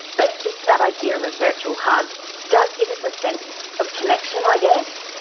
but just that idea of a virtual hug does give us a sense of connection i guess.